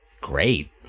great